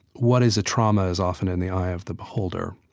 what is a trauma is often in the eye of the beholder.